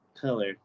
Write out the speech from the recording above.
Color